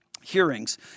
hearings